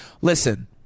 Listen